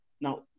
now